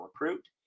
recruit